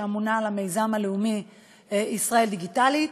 שאמונה על המיזם הלאומי "ישראל דיגיטלית".